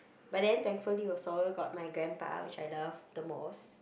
but then thankfully also got my grandpa which I love the most